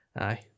aye